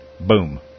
boom